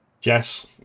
Jess